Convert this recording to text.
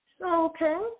okay